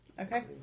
Okay